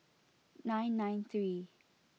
nine nine three